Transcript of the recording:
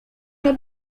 nie